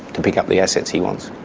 to pick up the assets he wants.